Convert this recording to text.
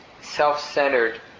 self-centered